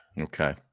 Okay